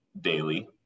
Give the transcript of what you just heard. daily